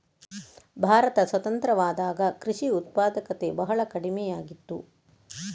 ಭಾರತ ಸ್ವತಂತ್ರವಾದಾಗ ಕೃಷಿ ಉತ್ಪಾದಕತೆ ಬಹಳ ಕಡಿಮೆಯಾಗಿತ್ತು